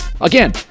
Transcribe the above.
Again